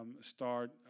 start